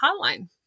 hotline